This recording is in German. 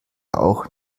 auch